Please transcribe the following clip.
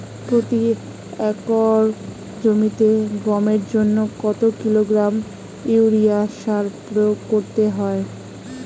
প্রতি একর জমিতে গমের জন্য কত কিলোগ্রাম ইউরিয়া সার প্রয়োগ করতে হয়?